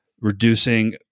reducing